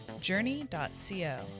journey.co